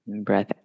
breath